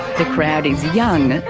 the crowd is young,